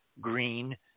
green